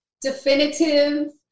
definitive